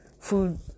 food